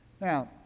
Now